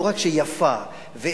לא רק שהיא יפה ואסתטית,